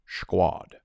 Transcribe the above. squad